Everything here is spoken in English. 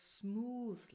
smoothly